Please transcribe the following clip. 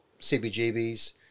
CBGBs